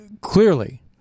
clearly